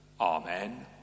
Amen